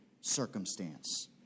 circumstance